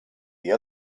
the